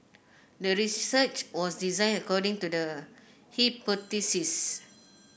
the research was designed according to the hypothesis